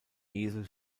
esel